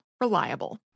Reliable